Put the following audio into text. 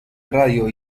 radio